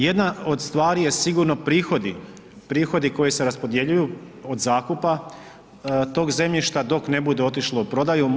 Jedna od stvari je sigurno prihodi koji se raspodjeljuju od zakupa tog zemljišta dok ne bude otišlo u prodaju.